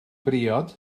briod